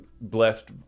blessed